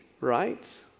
right